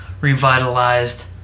revitalized